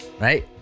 Right